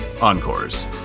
Encores